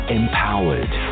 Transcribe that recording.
empowered